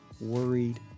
worried